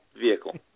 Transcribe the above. vehicle